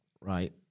right